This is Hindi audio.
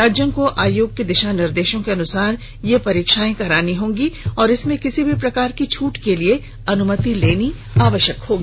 राज्यों को आयोग के दिशा निर्देशों के ॅअनुसार ही ये परीक्षाएं करानी होंगी और इसमें किसी भी प्रकार की छूट के लिए अनुमति लेनी होगी